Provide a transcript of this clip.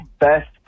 best